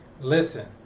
Listen